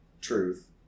truth